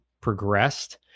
progressed